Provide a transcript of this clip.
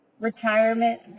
Retirement